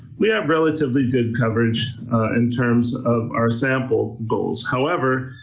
we have relatively good coverage in terms of our sample goals. however,